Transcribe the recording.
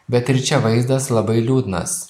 bet ir čia vaizdas labai liūdnas